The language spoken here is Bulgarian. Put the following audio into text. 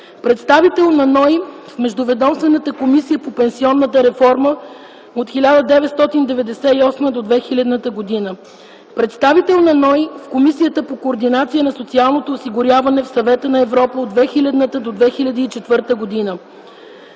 Представител на НОИ в Междуведомствената комисия по пенсионната реформа от 1998 г. до 2000 г. Представител на НОИ в Комисията по „Координация на социалното осигуряване” в Съвета на Европа от 2000 г. до 2004 г.